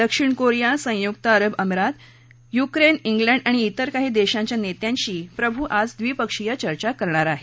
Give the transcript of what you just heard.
दक्षिण कोरिया संयुक्त अरब अमिरात युक्रेन इंग्लंड आणि इतर काही देशांच्या नेत्यांशी ते द्विपक्षीय चर्चा करणार आहेत